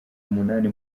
umunani